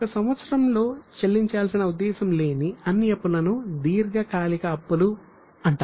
1 సంవత్సరంలో చెల్లించాల్సిన ఉద్దేశ్యం లేని అన్ని అప్పులను దీర్ఘకాలిక అప్పులు అంటాము